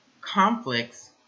conflicts